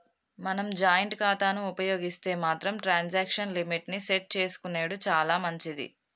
మనం జాయింట్ ఖాతాను ఉపయోగిస్తే మాత్రం ట్రాన్సాక్షన్ లిమిట్ ని సెట్ చేసుకునెడు చాలా మంచిది